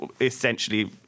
essentially